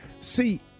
See